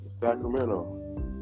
Sacramento